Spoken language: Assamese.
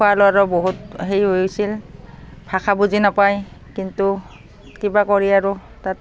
খোৱা লোৱাৰো বহুত সেই হৈছিল ভাষা বুজি নাপায় কিন্তু কিবা কৰি আৰু তাত